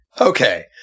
Okay